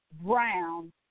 brown